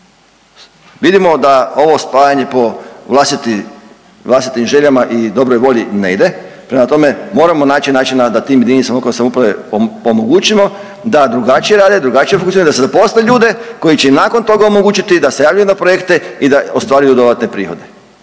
Vidimo da ovo spajanje po vlastitim željama i dobroj volji ne ide, prema tome moramo naći načina da tim jedinicama lokalne samouprave omogućimo da drugačije rade, drugačije funkcioniraju da se zaposli ljude koji će i nakon toga omogućiti da se javljaju na projekte i da ostvaruju dodatne prihode,